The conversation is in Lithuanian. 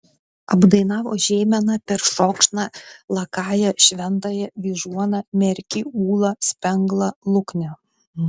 apdainavo žeimeną peršokšną lakają šventąją vyžuoną merkį ūlą spenglą luknę